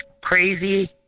crazy